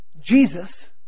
Jesus